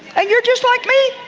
ah you're just like me,